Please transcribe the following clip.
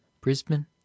Brisbane